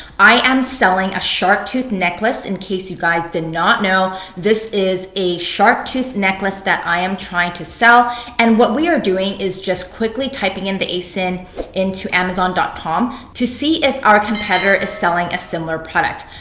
i am selling a shark tooth necklace in case you guys did not know. this is a shark tooth necklace that i am trying to sell and what we are doing is just quickly typing in the asin into amazon dot com to see if our competitor is selling a similar product.